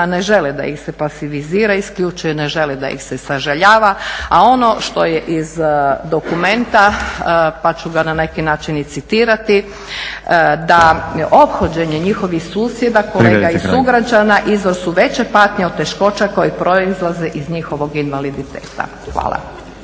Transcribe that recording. ne žele da ih se pasivizira, isključivo ne žele da ih se sažaljava. A ono što je iz dokumenta pa ću ga na neki način i citirati, da ophođenje … /Upadica Stazić: Privedite kraju./ … njihovih susjeda, kolega i sugrađana izvor su veće patnje od teškoća koje proizlaze iz njihovog invaliditeta. Hvala.